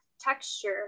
texture